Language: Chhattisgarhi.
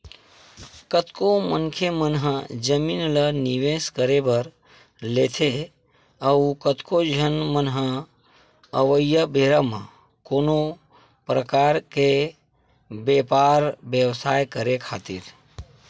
कतको मनखे मन ह जमीन ल निवेस करे बर लेथे अउ कतको झन मन ह अवइया बेरा म कोनो परकार के बेपार बेवसाय करे खातिर